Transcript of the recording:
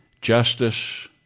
justice